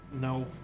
No